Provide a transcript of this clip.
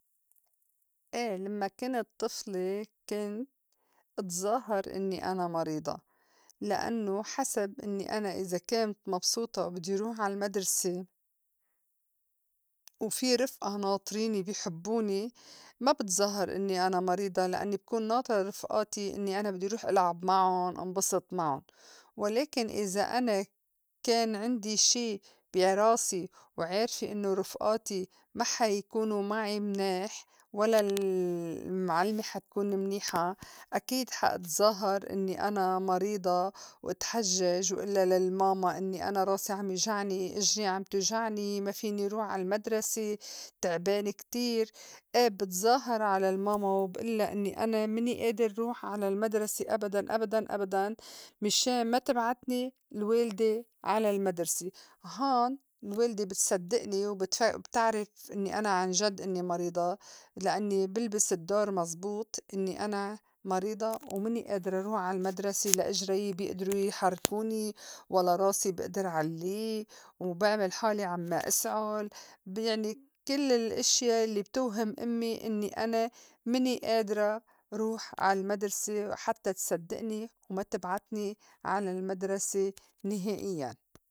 أيه لمّا كِنِت طِفلة كنت إتظاهر إنّي أنا مريضة لأنّو حسب إنّي أنا إذا كنت مبسوطة وبدّي روح عالمدرْسة و في رِفئا ناطريني بي حبّوني ما بتظاهر إنّي أنا مريضة لإنّي بكون ناطرة رفئاتي إنّي أنا بدّي روح إلعب معُن إنبسط معُن، ولكن إذا أنا كان عندي شي بي راسي وعارفي إنّو رِفئاتي ما حيكونو معي مناح ولا المعلمة حتكون منيحة أكيد حا إتظاهر إنّي أنا مريضة وإتحجّج وإلّا للماما إنّي أنا راسي عم يُجعني، إجري عم توجعني، ما فيني روح عالمدرسة، تعبانة كتير، إيه بتظاهر على الماما وبألّا إنّي أنا ماني ئادر روح على المدرسة أبداً أبداً أبداً مِشان ما تبعتني الوالدة على المدرسة، هون الوالدة بتسدّئني وبتعرف إنّي أنا عنجد إنّي مريضة لإنّي بلبس الدّور مزبوط إنّي أنا مريضة ومنّي ئادرة روح عالمدرسة لا إجريّة بيئدرو يحركوني ولا راسي بئدر علّي وبعمل حالي عمّا إسعُل يعني كل الأشيا يلّي بتوهِم أمّي إنّي أنا مِاني ئادرة روح عالمدرسة حتّى تصدّئني وما تبعتني على المدرسة نِهائيّاً.